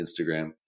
Instagram